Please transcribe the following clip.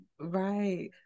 Right